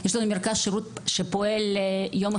יש לנו מרכז שירות שפועל יום אחד בשבוע.